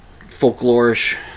folklorish